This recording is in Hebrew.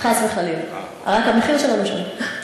חס וחלילה, רק המחיר שלנו שונה.